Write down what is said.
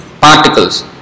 particles